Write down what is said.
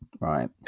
right